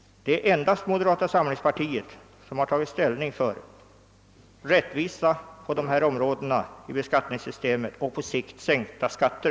Det är endast moderata samlingspartiet som tagit ställning för rättvisa på dessa områden i beskattningssystemet och för på sikt sänkta skatter.